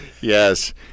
Yes